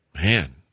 Man